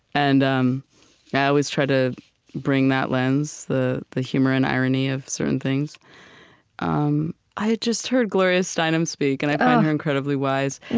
and um yeah i always try to bring that lens, the the humor and irony of certain things um i just heard gloria steinem speak. and i find her incredibly wise.